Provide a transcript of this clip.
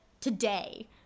today